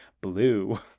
blue